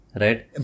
right